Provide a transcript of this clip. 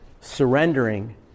surrendering